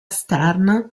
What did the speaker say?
stern